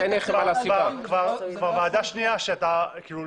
כי זאת כבר ועדה שנייה שאתה לא